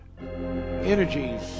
energies